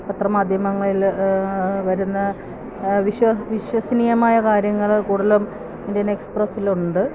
പത്ര മാധ്യമങ്ങളില് വരുന്ന വിശ്വസനീയമായ കാര്യങ്ങള് കൂടുതലും ഇന്ത്യൻ എക്സ്പ്രെസ്സിലുണ്ട്